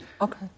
Okay